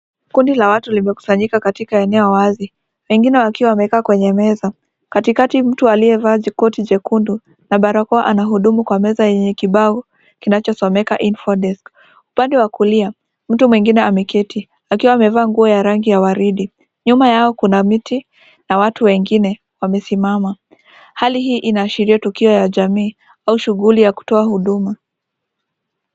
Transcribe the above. Kundi la watu limekusanyika katika eneo wazi. Wengine wakiwa wamekaa kwenye meza. Katikakati mtu aliyevaa koti jekundu na barakoa anahudumu kwa meza yenye kibao kinachosomeka info desk . Pande wa kulia, mtu mwingine ameketi, akiwa amevaa nguo ya rangi ya waridi. Nyuma yao kuna miti na watu wengine wamesimama. Hali hii inaashiria tukio ya jamii au shughuli ya kutoa huduma.